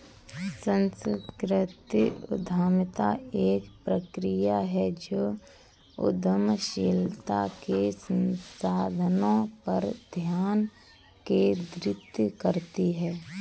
सांस्कृतिक उद्यमिता एक प्रक्रिया है जो उद्यमशीलता के संसाधनों पर ध्यान केंद्रित करती है